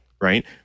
Right